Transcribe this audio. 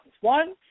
one